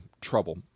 trouble